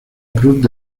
cruz